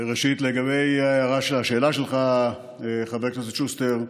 ראשית, לגבי השאלה שלך, חבר הכנסת שוסטר,